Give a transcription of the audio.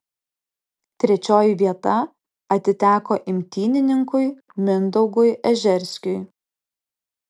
trečioji vieta atiteko imtynininkui mindaugui ežerskiui